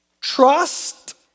Trust